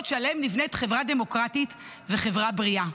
שעליהם נבנית חברה דמוקרטית וחברה בריאה.